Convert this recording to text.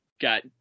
got